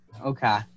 Okay